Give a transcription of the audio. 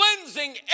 cleansing